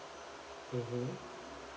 mmhmm